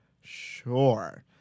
sure